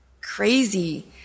crazy